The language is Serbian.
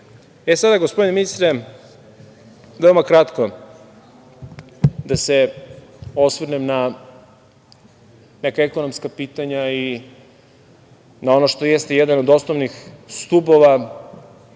svakako. Gospodine ministre, veoma ću kratko da se osvrnem na neka ekonomska pitanja i na ono što jeste jedan od osnovnih stubova